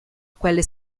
quelle